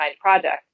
project